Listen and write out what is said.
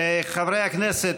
חברי הכנסת,